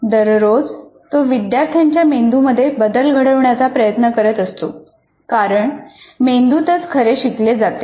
दररोज तो विद्यार्थ्यांच्या मेंदूमध्ये बदल घडवण्याचा प्रयत्न करत असतो कारण मेंदूतच खरे शिकले जाते